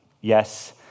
yes